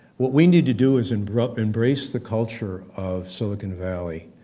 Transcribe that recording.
what we need to do is embrace embrace the culture of silicon valley,